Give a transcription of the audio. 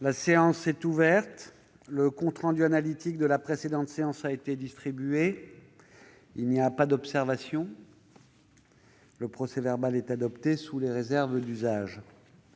La séance est ouverte. Le compte rendu analytique de la précédente séance a été distribué. Il n'y a pas d'observation ?... Le procès-verbal est adopté sous les réserves d'usage.